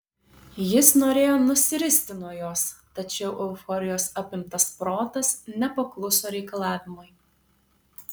jis norėjo nusiristi nuo jos tačiau euforijos apimtas protas nepakluso reikalavimui